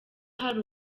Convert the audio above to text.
hari